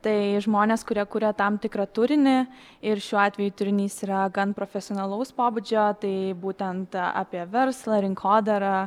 tai žmonės kurie kuria tam tikrą turinį ir šiuo atveju turinys yra gan profesionalaus pobūdžio tai būtent apie verslą rinkodarą